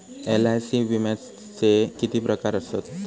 LIC विम्याचे किती प्रकार आसत?